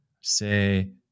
say